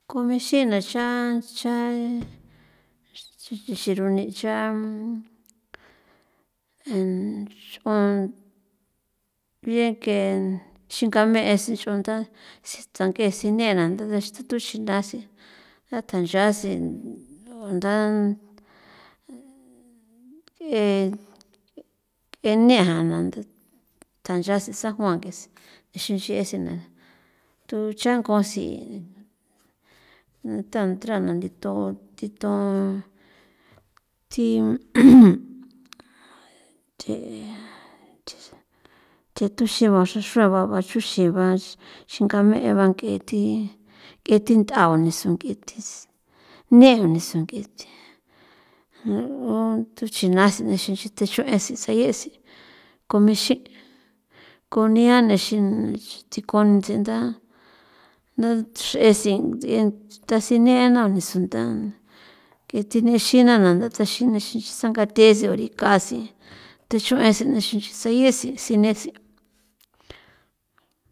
G ixina cha cha cha xirune ncha en nch'on bien que xingame' se se ch'unda si ts'ange sine na nda nda tu tu sindasi nda tancha sen nda e ne'an nda tanda sen san juan ng'ese xin xin e se na tu changosi nda ntrana ndithon ndithon thi thi thi thuxiba xra xra ba xruxiba xingame'e ba nk'e thii k'ethi nth'a ba niso nk'ethis nee nisu nk'ethi tuxina sen naa nixin nchi tuxuen ese sayesi k ixin' konia nexin tsi contsenda nda xr'esi tasi nena nisu nda nk'ethi nixina na na tanda taxina nixin sangathe tsuri kasi tuxuen' e se nixin nchi sayesi sinesi.